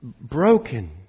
broken